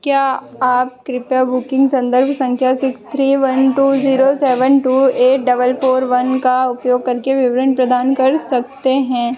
क्या आप कृपया बुकिन्ग सन्दर्भ सँख्या six three one two zero seven two eight double four one का उपयोग करके विवरण प्रदान कर सकते हैं